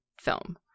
film